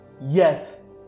Yes